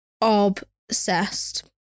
obsessed